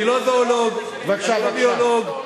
אני לא זואולוג ולא ביולוג.